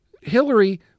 Hillary